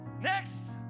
next